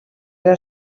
era